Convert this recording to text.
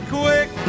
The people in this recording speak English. quick